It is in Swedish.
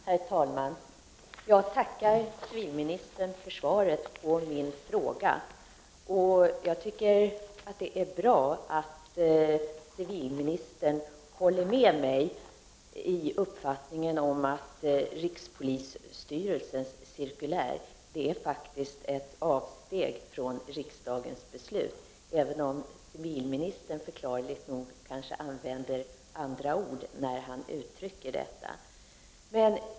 Herr talman! Jag tackar civilministern för svaret på min fråga. Jag tycker att det är bra att civilministern håller med mig i uppfattningen om att rikspolisstyrelsens cirkulär faktiskt är ett avsteg från riksdagens beslut, även om civilministern förklarligt nog använder andra ord när han uttrycker detta.